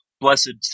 blessed